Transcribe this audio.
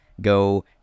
go